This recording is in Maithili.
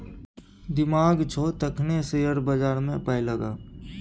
दिमाग छौ तखने शेयर बजारमे पाय लगा